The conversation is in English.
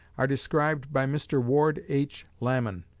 are described by mr. ward h. lamon,